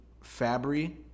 Fabry